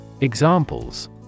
Examples